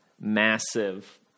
massive